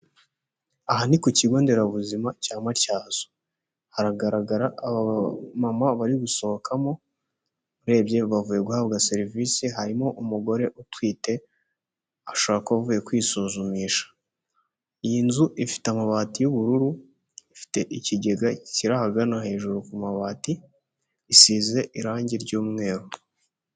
Aha ni ku kigo nderabuzima cya Matyazo haragaragara abamama bari gusohokamo, urebye bavuye guhabwa serivise, harimo umugore utwite ashobora kuba avuye kwisuzumisha, iyi nzu ifite amabati y'ubururu, ifite ikigega kiri aha gana hejuru ku mabati isize irangi ry'umweru.